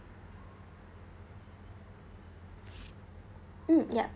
mm yap